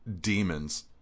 demons